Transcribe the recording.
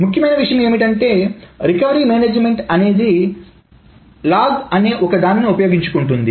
ముఖ్యమైన విషయం ఏంటంటే రికవరీ మేనేజ్మెంట్ అనేది లాగ్ అనే ఒక దాన్ని ఉపయోగించుకుంటుంది